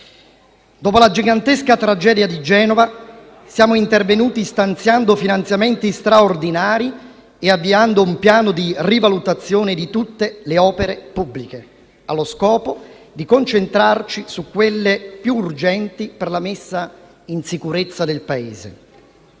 Dopo la gigantesca tragedia di Genova siamo intervenuti stanziando finanziamenti straordinari e avviando un piano di rivalutazione di tutte le opere pubbliche allo scopo di concentrarci su quelle più urgenti per la messa in sicurezza del Paese.